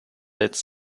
its